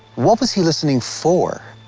what was he listening for?